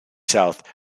south